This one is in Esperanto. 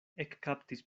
ekkaptis